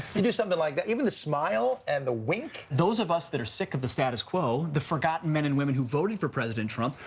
you do something like that even the smile and the wink. those of us that are sick of the status quo, the forgotten men and women who voted for president trump,